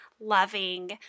loving